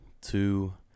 two